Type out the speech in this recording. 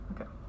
Okay